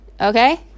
okay